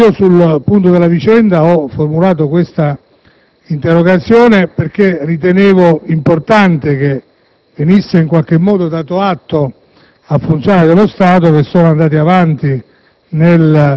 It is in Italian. Io, sul punto della vicenda, ho formulato questa interrogazione perché ritenevo importante che venisse in qualche modo dato atto ai funzionari dello Stato che sono andati avanti